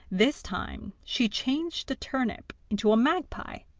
this time she changed the turnip into a magpie.